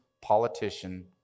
politician